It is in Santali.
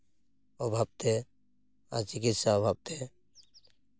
ᱚᱵᱷᱟᱵ ᱛᱮ ᱟᱨ ᱪᱤᱠᱤᱛᱥᱟ ᱚᱵᱷᱟᱵᱽ ᱛᱮ